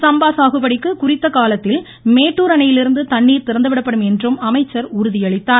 சம்பா சாகுபடிக்கு குறித்த காலத்தில் மேட்டூர் அணையிலிருந்து தண்ணீர் திறந்துவிடப்படும் என்றும் அமைச்சர் உறுதியளித்தார்